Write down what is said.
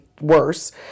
worse